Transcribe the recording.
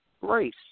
Race